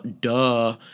duh